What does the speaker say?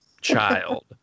child